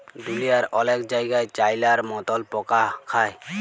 দুঁলিয়ার অলেক জায়গাই চাইলার মতল পকা খায়